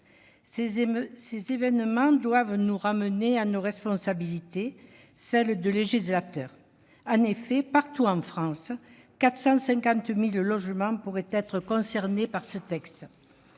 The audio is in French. Ces événements doivent nous ramener à nos responsabilités, celles de législateurs. En effet, partout en France, 450 000 logements pourraient être concernés par ce texte.